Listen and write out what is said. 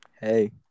Hey